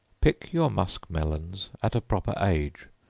pick your musk-melons at a proper age,